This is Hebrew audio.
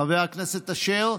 חבר הכנסת אשר,